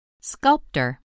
Sculptor